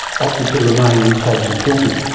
opted to remain in todd's employment.